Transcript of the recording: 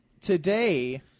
today